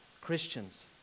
Christians